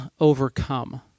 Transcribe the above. overcome